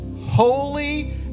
holy